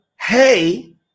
hey